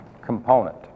component